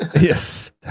yes